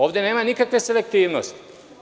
Ovde nema nikakve selektivnosti.